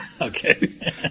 okay